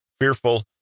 fearful